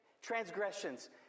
transgressions